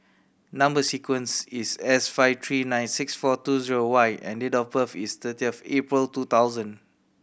number sequence is S five three nine six four two zero Y and date of birth is thirty of April two thousand